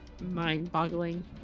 mind-boggling